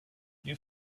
you